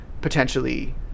potentially